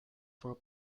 for